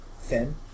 thin